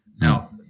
Now